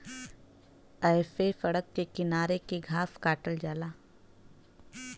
ऐसे सड़क के किनारे के घास काटल जाला